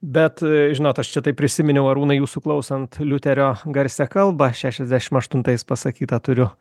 bet žinot aš čia taip prisiminiau arūnai jūsų klausant liuterio garsią kalbą šešiasdešim aštuntais pasakytą turiu